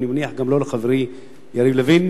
ואני מניח שגם לא לחברי יריב לוין,